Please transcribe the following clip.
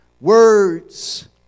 words